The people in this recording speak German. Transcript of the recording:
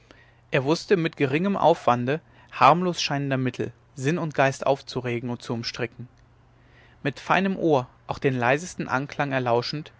er wußte mit geringem aufwande harmlos scheinender mittel sinn und geist aufzuregen und zu umstricken mit feinem ohr auch den leisesten anklang